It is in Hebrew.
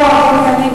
לא, אדוני.